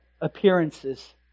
appearances